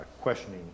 questioning